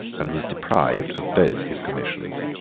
and was deprived of both his commissions.